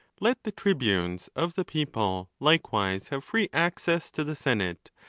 let the tribunes of the people likewise have free access to the senate,